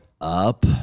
up